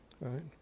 Right